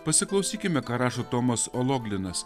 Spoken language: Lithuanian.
pasiklausykime ką rašo tomas ologlinas